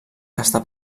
està